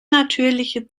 natürliche